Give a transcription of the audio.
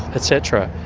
et cetera.